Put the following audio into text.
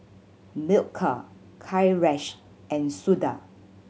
Milkha Kailash and Suda